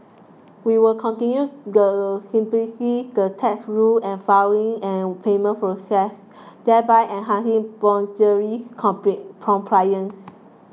we will continue the simplify the tax rules and filing and payment processes thereby enhancing voluntary compliance